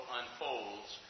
unfolds